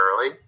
early